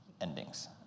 endings